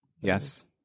yes